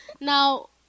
Now